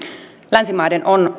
länsimaiden on